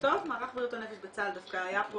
מערך בריאות הנפש בצה"ל דווקא היה פה